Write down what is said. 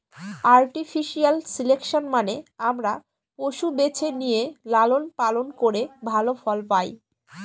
artificial selection মানে আমরা পশু বেছে নিয়ে লালন পালন করে ভালো ফল পায়